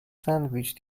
sandwich